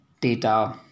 data